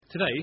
Today